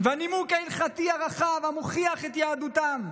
והנימוק ההלכתי הרחב המוכיח את יהדותם,